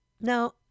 Now